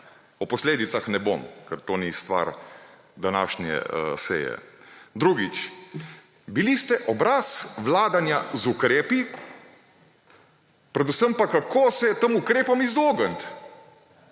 O posledicah ne bom, ker to ni stvar današnje seje. Drugič, bili ste obraz vladanja z ukrepi, predvsem pa, kako se tem ukrepom izogniti;